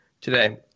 today